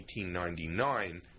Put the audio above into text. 1899